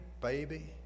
baby